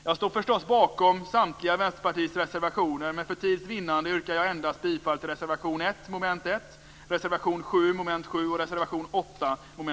Jag står förstås bakom samtliga Vänsterpartiets reservationer, men för tids vinnande yrkar jag bifall endast till reservation 1 under mom. 1, reservation 7